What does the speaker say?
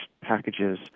packages